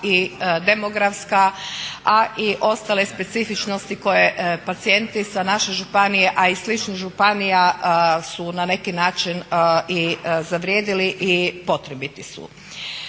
i demografska a i ostale specifičnosti koje pacijenti sa naše županije a i sličnih županija su na neki način i zavrijedili i potrebiti su.